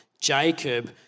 Jacob